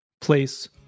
place